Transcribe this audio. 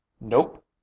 Nope